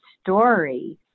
story